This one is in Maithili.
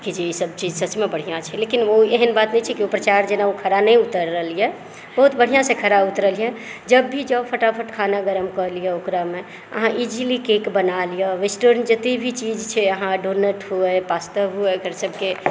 कि जे ई सब चीज सच मे बढृढ़िया छै लेकिन ओ एहेन बात नहि छै कि ओ प्रचार जेना ओ खड़ा नहि उतरल यऽ बहुत बढ़िऑंसँ खड़ा उतरल यऽ जब भी जाउ फटाफट खाना गरम कऽ लिअ ओकरामे आहाँ इजीली केक बना लियऽ वेस्टर्न जते भी चीज छै आहाँ डोनेट हुए पास्ता हुए एकर सबके